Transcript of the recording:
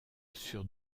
sur